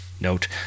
note